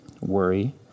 worry